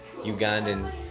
Ugandan